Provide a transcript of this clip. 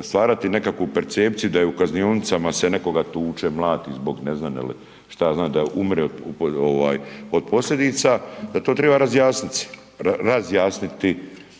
stvarati nekakvu percepciju da se u kaznionicama nekoga tuče, mlati zbog ne znam ili šta ja znam da umre od posljedica, da se to treba razjasniti